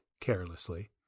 carelessly